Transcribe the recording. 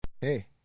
Hey